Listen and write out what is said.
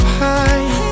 high